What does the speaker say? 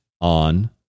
on